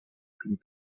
plumes